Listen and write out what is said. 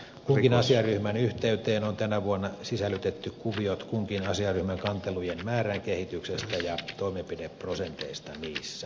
kunkin asiaryhmän yhteyteen on tänä vuonna sisällytetty kuviot kunkin asiaryhmän kantelujen määrän kehityksestä ja toimenpideprosenteista niissä